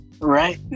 Right